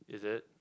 is it